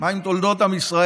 מה עם תולדות עם ישראל?